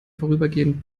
vorübergehend